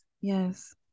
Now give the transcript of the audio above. Yes